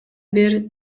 бир